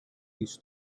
each